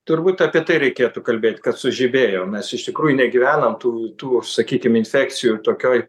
turbūt apie tai reikėtų kalbėt kad sužibėjom mes iš tikrųjų negyvenam tų tų sakykim infekcijų tokioj